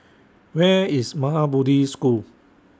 Where IS Maha Bodhi School